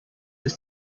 this